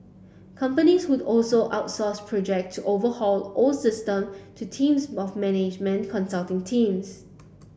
companies would also outsource project to overhaul old system to teams of management consulting teams